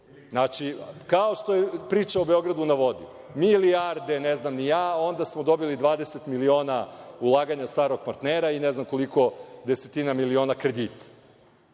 Znači, kao što je priča o „Beogradu na vodi“ – milijarde, ne znam ni ja, a onda smo dobili 20 miliona ulaganja stranog partnera i ne znam koliko desetina miliona kredita. Znači,